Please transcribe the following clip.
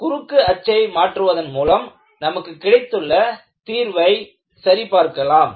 குறுக்கு அச்சை மாற்றுவதன் மூலம் நமக்கு கிடைத்துள்ள தீர்வை சரிபார்க்கலாம்